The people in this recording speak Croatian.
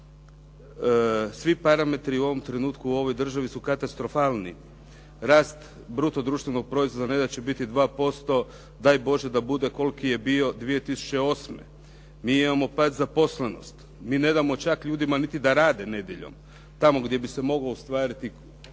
Svi parametri su u ovom trenutku u ovoj državi su katastrofalni. Rast bruto društvenog proizvoda ne da će biti 2%, daj Bože da bude koliki je bio 2008. mi imamo pad zaposlenosti. Mi ne damo čak ljudima niti da rade nedjeljom, tamo gdje bi se mogla ostvariti